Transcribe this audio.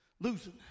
losing